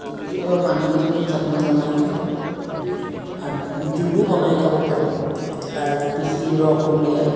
কেতিয়াবা মানিমুনি চাটনি বনাই খাওঁ ভাত জোলো বনাই খাব পাৰি তাৰ পিহি ৰস উলিয়াই